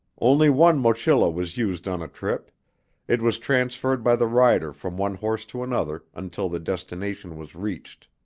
only one mochila was used on a trip it was transferred by the rider from one horse to another until the destination was reached.